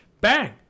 bang